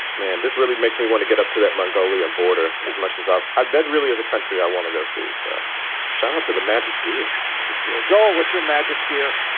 man, this really makes me want to get up to that mongolia border as much as i've. i bet really as a country, i want to go see so shot ah to the magic deer. magic deer. joel, what's your magic deer?